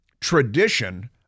tradition